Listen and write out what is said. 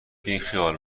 بیخیال